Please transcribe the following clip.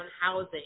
housing